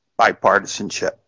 Bipartisanship